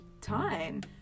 time